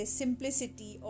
simplicity